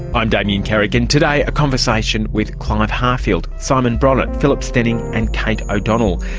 i'm damien carrick, and today a conversation with clive harfield, simon bronitt, phillip stenning and kate o'donnell.